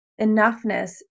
enoughness